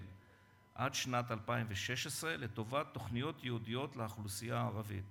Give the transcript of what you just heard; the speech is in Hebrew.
עד שנת 2016 לטובת תוכניות ייעודיות לאוכלוסייה הערבית.